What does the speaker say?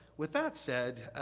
with that said,